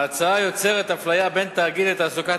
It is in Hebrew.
ההצעה יוצרת אפליה בין תאגיד לתעסוקת